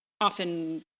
often